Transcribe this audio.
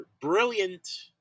brilliant